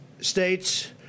states